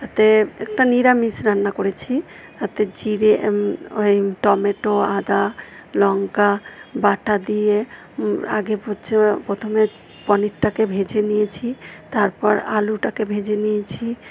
তাতে একটা নিরামিষ রান্না করেছি তাতে জিরে ওই টমেটো আদা লঙ্কা বাঁটা দিয়ে আগে হচ্ছে প্রথমে পনিরটাকে ভেজে নিয়েছি তারপর আলুটাকে ভেজে নিয়েছি